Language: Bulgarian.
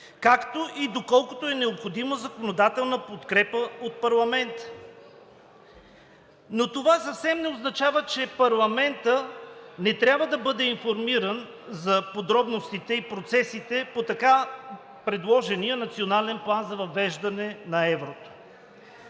както и доколкото е необходима законодателна подкрепа от парламента. Но това съвсем не означава, че парламентът не трябва да бъде информиран за подробностите и процесите по така предложения Национален план за въвеждане на еврото.